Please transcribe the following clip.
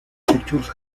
pictures